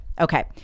Okay